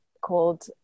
called